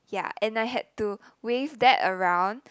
ya and I had to wave that around